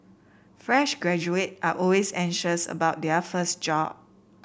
fresh graduate are always anxious about their first job